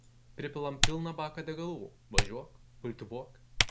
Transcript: pripilam pilną baką degalų važiuok kultivuok